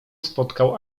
spotkał